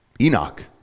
Enoch